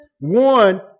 one